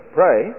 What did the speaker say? pray